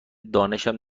دانشم